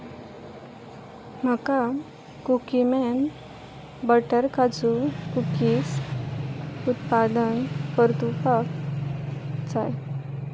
म्हाका Cookieman butter काजू cookies उत्पादन परतुवपाक जाय